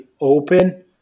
open